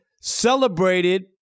celebrated